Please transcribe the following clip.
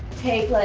take